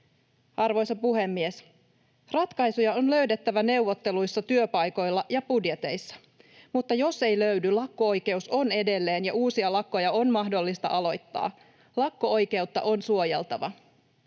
Arvoisa puhemies! Ratkaisuja on löydettävä neuvotteluissa, työpaikoilla ja budjeteissa, mutta jos ei löydy, lakko-oikeus on edelleen ja uusia lakkoja on mahdollista aloittaa. Lakko-oikeutta on suojeltava.